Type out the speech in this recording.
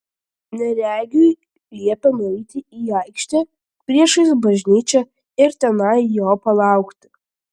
neregiui liepė nueiti į aikštę priešais bažnyčią ir tenai jo palaukti